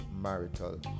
marital